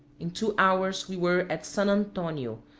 in two hours we were at san antonio,